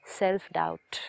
self-doubt